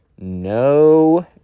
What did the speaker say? no